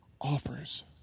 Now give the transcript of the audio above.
offers